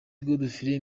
godfrey